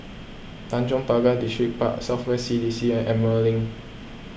Tanjong Pagar Distripark South West C D C and Emerald Link